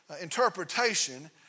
interpretation